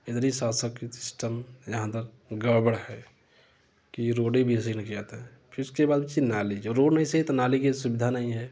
इधर ही सिस्टम यहाँ तक गड़बड़ है कि रोडें भी ऐसे ही लग जाता है फिर उसके बाद उसकी नाले जो रोड नहीं सही तो नाले की सुविधा नहीं है